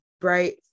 bright